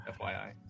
FYI